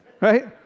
right